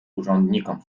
urzędnikom